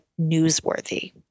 newsworthy